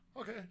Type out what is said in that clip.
Okay